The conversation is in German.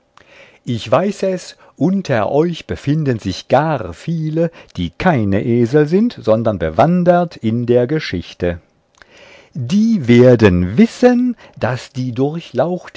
ich weiß es unter euch befinden sich gar viele die keine esel sind sondern bewandert in der geschichte die werden wissen daß die